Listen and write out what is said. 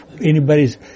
anybody's